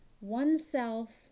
oneself